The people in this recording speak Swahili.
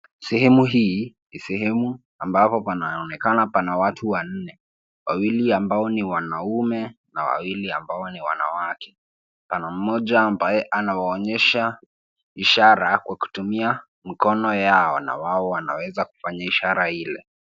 Sehemu hii ni sehemu ambapo panaonekana pana watu wanne, wawili ambao ni wanaume na wawili ambao ni wanawake. Pana mmoja ambaye anawaonyesha ishara kwa kutumia mikono yao na wao wanaweza kufanya ishara ile.